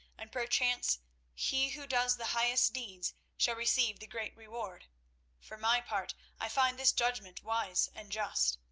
and perchance he who does the highest deeds shall receive the great reward for my part, i find this judgment wise and just,